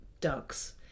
ducks